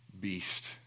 beast